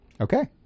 Okay